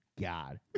God